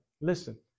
Listen